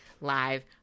Live